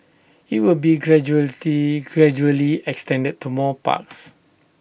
IT will be gradually extended to more parks